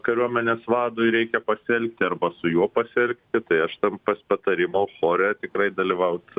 kariuomenės vadui reikia pasielgti arba su juo pasielgti tai aš tam pas patarimų chore tikrai dalyvaut